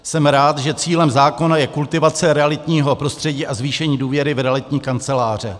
Jsem rád, že cílem zákona je kultivace realitních prostředí a zvýšení důvěry v realitní kanceláře.